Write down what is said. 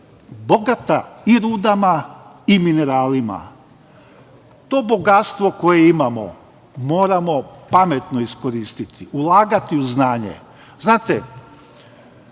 bogata i rudama i mineralima. To bogatstvo koje imamo moramo pametno iskoristiti, ulagati u znanje. Znate,